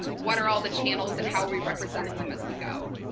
what are all the channels, and how are we representing them as we go.